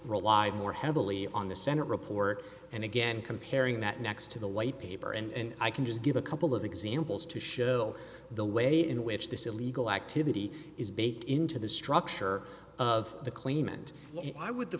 relied more heavily on the senate report and again comparing that next to the white paper and i can just give a couple of examples to show the way in which this illegal activity is baked into the structure of the claimant why would the